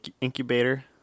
incubator